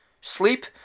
sleep